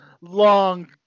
long